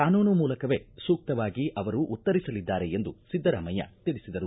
ಕಾನೂನು ಮೂಲಕವೇ ಸೂಕ್ಷವಾಗಿ ಅವರು ಉತ್ತರಿಸಲಿದ್ದಾರೆ ಎಂದು ಸಿದ್ದರಾಮಯ್ಯ ತಿಳಿಸಿದರು